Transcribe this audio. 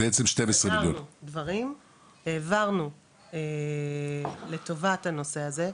העברנו לטובת הנושא הזה,